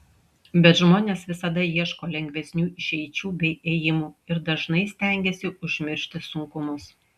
bet žmonės visada ieško lengvesnių išeičių bei ėjimų ir dažnai stengiasi užmiršti sunkumus